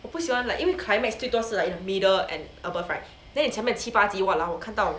我不喜欢 like 因为 climax 最多是 like middle and above right then 你前面七八集 !walao! 我看到